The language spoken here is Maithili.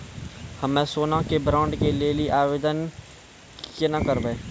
हम्मे सोना के बॉन्ड के लेली आवेदन केना करबै?